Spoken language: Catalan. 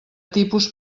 tipus